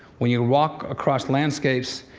when you walk across landscapes,